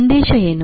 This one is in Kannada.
ಸಂದೇಶ ಏನು